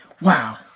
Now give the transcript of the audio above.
Wow